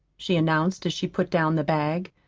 she announced as she put down the bag.